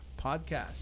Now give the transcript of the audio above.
podcast